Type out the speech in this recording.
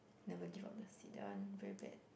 never give up the seat that one very bad